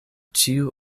ĉiu